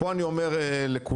אני אומר לכולם: